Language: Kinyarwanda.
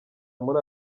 muri